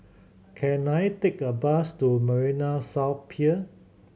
can I take a bus to Marina South Pier